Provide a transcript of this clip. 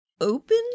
open